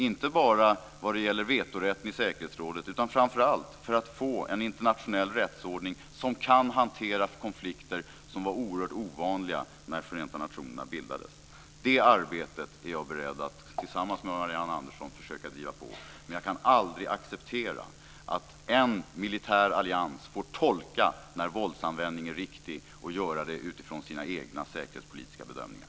Det gäller inte bara vetorätten i säkerhetsrådet utan framför allt handlar det om att få en internationell rättsordning som kan hantera konflikter som var oerhört ovanliga när Förenta nationerna bildades. Det arbetet är jag beredd att tillsammans med Marianne Andersson försöka driva på. Men jag kan aldrig acceptera att en militär allians får tolka när våldsanvändning är riktig och göra det utifrån sina egna säkerhetspolitiska bedömningar.